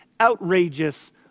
outrageous